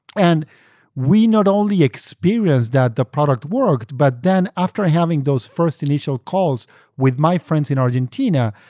and we not only experience that the product worked, but then after ah having those first initial calls with my friends in argentina,